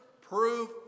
proof